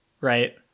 Right